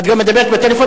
את גם מדברת בטלפון?